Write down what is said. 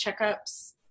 checkups